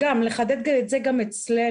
לחדד את זה גם אצלנו.